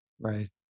Right